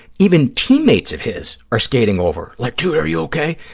even teammates of his are skating over, like, dude, are you okay?